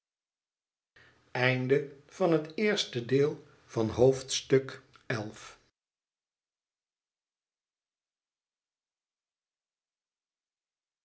hoofdstuk van het eerste deel van het